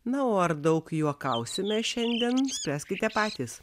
na o ar daug juokausime šiandien spręskite patys